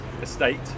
estate